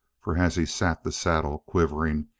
for as he sat the saddle, quivering,